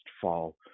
fall